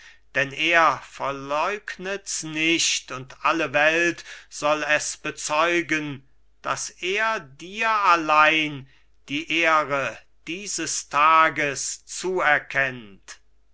denn er verleugnets nicht und alle welt soll es bezeugen daß er dir allein die ehre dieses tages zuerkennt